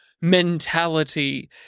mentality